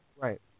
Right